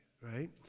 right